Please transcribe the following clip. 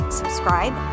subscribe